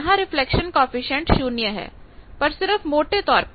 यहां reflection coefficient 0 है पर सिर्फ मोटे तौर पर